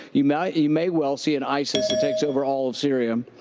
you might you may well see an isis that takes over all of syria.